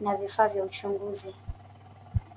na vifaa vya uchunguzi.